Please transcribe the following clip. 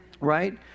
right